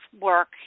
work